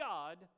God